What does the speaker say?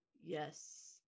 yes